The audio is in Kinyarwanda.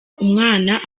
umwana